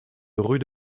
rue